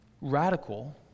radical